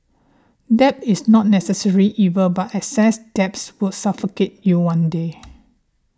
debt is not necessarily evil but excessive debts will suffocate you one day